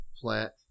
Plant